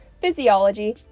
physiology